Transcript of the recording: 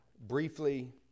briefly